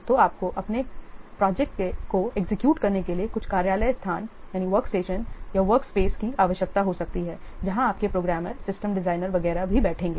तो आपको अपने प्रोजेक्ट को एग्जीक्यूट करने के लिए कुछ कार्यालय स्थान या वर्क स्पेस की आवश्यकता हो सकती है जहां आपके प्रोग्रामर सिस्टम डिजाइनर वगैरह भी बैठेंगे